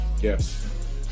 Yes